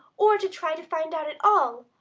or to try to find out at all,